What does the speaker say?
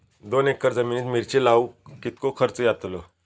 दोन एकर जमिनीत मिरचे लाऊक कितको खर्च यातलो?